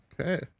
Okay